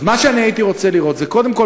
אז מה שהייתי רוצה לראות זה קודם כול